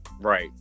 Right